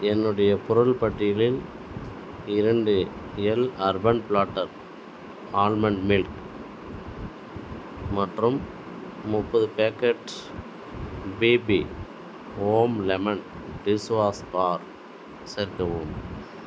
என்னுடைய பொருள் பட்டியலில் இரண்டு L urban platter almond milk மற்றும் முப்பது packet B B home lemon dishwash bar சேர்க்கவும்